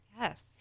Yes